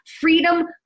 freedom